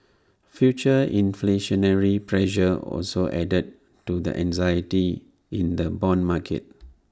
future inflationary pressure also added to the anxiety in the Bond market